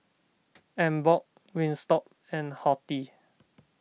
Emborg Wingstop and Horti